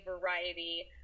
variety